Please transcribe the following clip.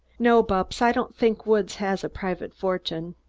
no, bupps, i don't think woods has a private fortune.